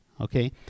Okay